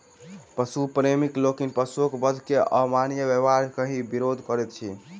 पशु प्रेमी लोकनि पशुक वध के अमानवीय व्यवहार कहि विरोध करैत छथि